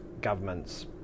governments